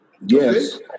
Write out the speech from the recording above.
Yes